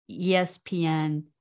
ESPN